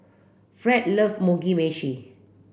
Fred love Mugi meshi